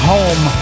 Home